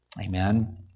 Amen